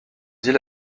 dit